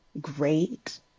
great